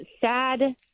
Sad